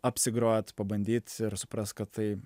apsigrot pabandyt suprast kad tai